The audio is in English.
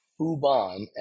Fubon